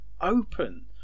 open